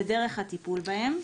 ודרך הטיפול בהם.